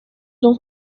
d’en